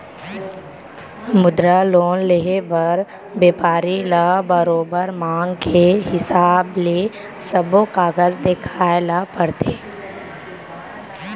मुद्रा लोन लेहे बर बेपारी ल बरोबर मांग के हिसाब ले सब्बो कागज देखाए ल परथे